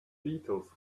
beatles